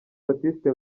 baptiste